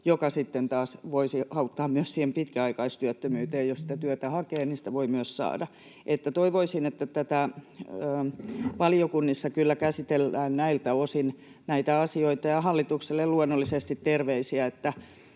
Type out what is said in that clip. joka taas voisi auttaa myös siihen pitkäaikaistyöttömyyteen. Jos sitä työtä hakee, niin sitä voi myös saada. Toivoisin, että valiokunnissa kyllä käsitellään näiltä osin näitä asioita, ja hallitukselle luonnollisesti terveisiä,